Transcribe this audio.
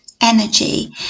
energy